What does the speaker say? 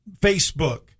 Facebook